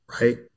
right